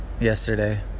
yesterday